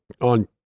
on